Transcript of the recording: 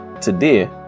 Today